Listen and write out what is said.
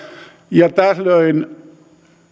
ja tällöin